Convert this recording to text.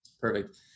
Perfect